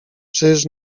czyż